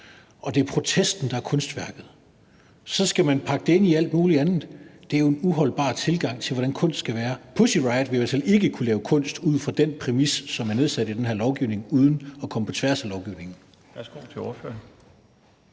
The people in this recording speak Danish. og det er protesten, der er kunstværket? Så skal man pakke det ind i alt muligt andet. Det er jo en uholdbar tilgang til, hvordan kunst skal være. Pussy Riot ville jo i hvert fald ikke kunne lave kunst ud fra den præmis, som er nedsat i den her lovgivning, uden at komme på tværs af lovgivningen.